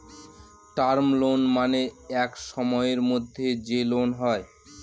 term loan মানে এক সময়ের মধ্যে যে লোন হয়